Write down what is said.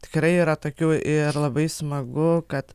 tikrai yra tokių ir labai smagu kad